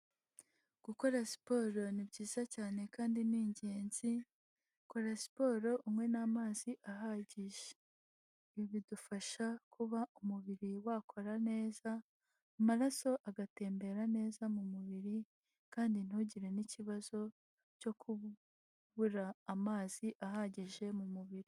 Gukora siporo ni byiza cyane kandi ni ingenzi, kora siporo unywe n'amazi ahagije, ibi bidufasha kuba umubiri wakora neza, amaraso agatembera neza mu mubiri kandi ntugire n'ikibazo cyo kubura amazi ahagije mu mubiri.